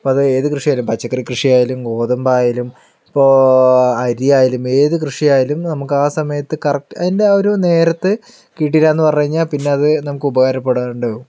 ഇപ്പോൾ അത് ഏത് കൃഷി ആയാലും പച്ചക്കറി കൃഷി ആയാലും ഗോതമ്പായാലും ഇപ്പോൾ അരി ആയാലും ഏത് കൃഷി ആയാലും നമുക്ക് ആ സമയത്ത് കറക്റ്റ് അതിൻ്റെ ആ ഒരു നേരത്ത് കിട്ടിയില്ല എന്ന് പറഞ്ഞു കഴിഞ്ഞാൽ പിന്നെ അത് നമുക്ക് ഉപകാരപ്പെടാണ്ടാവും